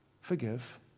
Forgive